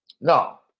No